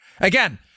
Again